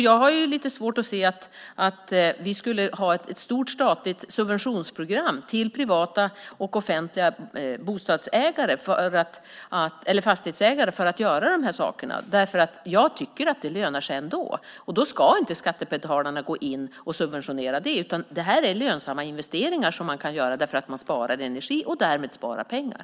Jag har lite svårt att se att vi skulle ha ett stort statligt subventionsprogram till privata och offentliga fastighetsägare för att de ska göra dessa investeringar. Jag tror att det lönar sig ändå, och då ska skattebetalarna inte gå in och subventionera det hela. Dessa investeringar är lönsamma att göra eftersom man sparar energi och därmed pengar.